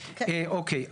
אוקיי.